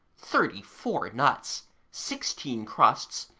thirty-four nuts, sixteen crusts,